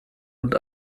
und